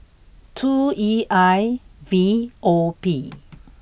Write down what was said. two E I V O P